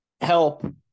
help